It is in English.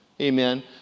amen